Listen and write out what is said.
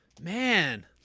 Man